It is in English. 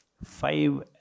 five